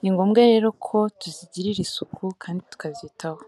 Ni ngombwa rero ko tuzigirira isuku kandi tukazitaho.